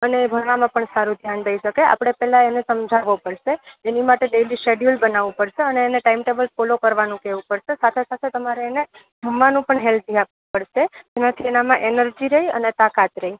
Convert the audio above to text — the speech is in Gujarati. અને ભણવામાં પણ સારું ધ્યાન દઈ શકે આપડે પેલા એને સમજાવો પડશે જેની માટે ડેલી શેડયુઅલ બનાવો પડશે અને એને ટાઈમ ટેબલ ફોલો કરવાનું કેવું પડશે સાથે સાથે તમારે એને જમવાનું પણ હેલ્ધી આપવું પડશે જેનાથી એનામાં એનર્જી રે અને તાકાત રેય